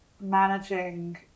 managing